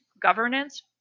governance